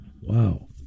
wow